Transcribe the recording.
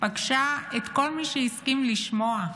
פגשה את כל מי שהסכים לשמוע,